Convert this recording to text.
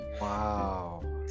Wow